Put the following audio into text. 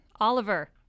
Oliver